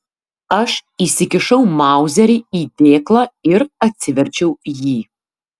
aš įsikišau mauzerį į dėklą ir atsiverčiau jį